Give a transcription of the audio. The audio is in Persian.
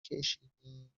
کشیدین